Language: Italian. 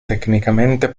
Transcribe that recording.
tecnicamente